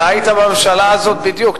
אתה היית בממשלה הזאת בדיוק.